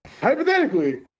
Hypothetically